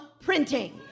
printing